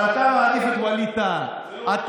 אבל אתה מעדיף את ווליד טאהא,